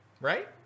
Right